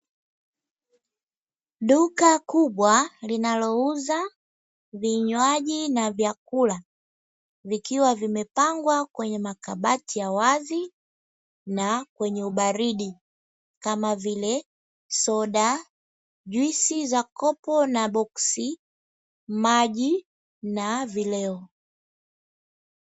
Duka kubwa linalouza vinywaji na vyakula vikiwa vimepangwa kwenye makabati ya wazi na kwenye ubaridi kama vile soda, juisi za kopo na boksi, maji na vileo.